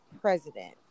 president